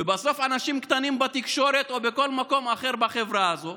ובסוף אנשים קטנים בתקשורת או בכל מקום אחר בחברה הזאת,